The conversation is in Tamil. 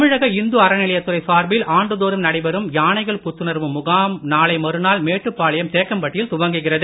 தமிழக இந்து அறநிலையத் துறை சார்பில் ஆண்டுதோறும் நடைபெறும் யானைகள் புத்துணர்வு முகாம் நாளை மறுநாள் மேட்டுபாளையம் தேக்கம்பட்டியில் துவங்குகிறது